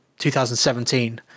2017